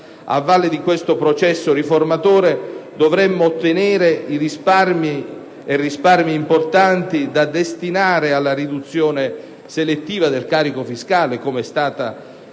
A valle di questo processo riformatore dovremmo ottenere risparmi importanti da destinare alla riduzione selettiva del carico fiscale, come richiesto